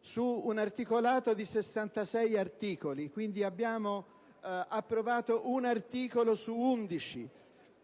su un articolato di 66 articoli. Quindi, abbiamo approvato un articolo su 11.